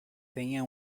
tenha